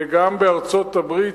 וגם בארצות-הברית,